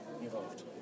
involved